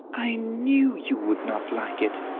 i knew you would not like it,